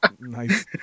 Nice